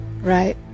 Right